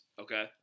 Okay